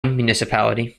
municipality